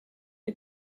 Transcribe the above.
les